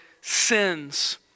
sins